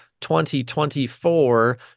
2024